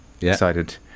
Excited